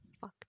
fuck